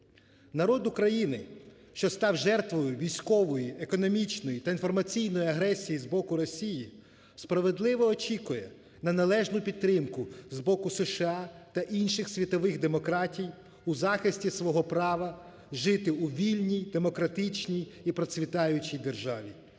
Народ України, що став жертвою військової, економічної та інформаційної агресії з боку Росії, справедливо очікує на належну підтримку з боку США та інших світових демократій у захисті свого права жити у вільній демократичній і процвітаючій державі.